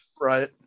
Right